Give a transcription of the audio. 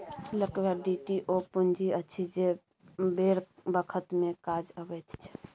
liquidity ओ पुंजी अछि जे बेर बखत मे काज अबैत छै